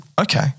Okay